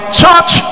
church